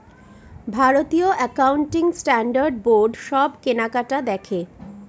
ভারতীয় accounting standard board সব কেনাকাটি দেখে